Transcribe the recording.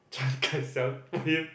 Kai-Xiang